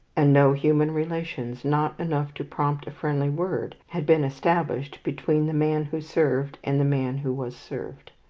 and no human relations, not enough to prompt a friendly word, had been established between the man who served and the man who was served.